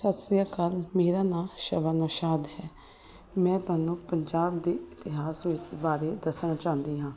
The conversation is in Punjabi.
ਸਤਿ ਸ਼੍ਰੀ ਅਕਾਲ ਮੇਰਾ ਨਾਂ ਸ਼ਵਨਾਸ਼ਾਦ ਹੈ ਮੈਂ ਤੁਹਾਨੂੰ ਪੰਜਾਬ ਦੇ ਇਤਿਹਾਸ ਵਿੱ ਬਾਰੇ ਦੱਸਣਾ ਚਾਹੁੰਦੀ ਹਾਂ